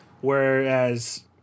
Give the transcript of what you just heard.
Whereas